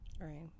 right